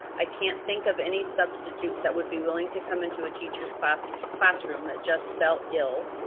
i can't think of any substitute that would be willing to come into a teacher's classroom classroom that just fell ill,